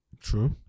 true